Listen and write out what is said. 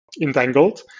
entangled